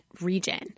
region